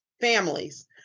families